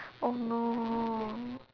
oh no